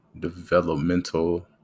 Developmental